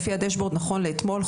לפי הדשבורד נכון לאתמול,